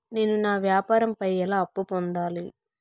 నేను నా వ్యాపారం పై ఎలా అప్పు పొందాలి?